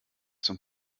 zum